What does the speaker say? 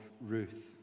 Ruth